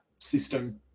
system